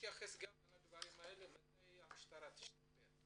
תתייחס גם לדברים האלה, מתי המשטרה תשתפר.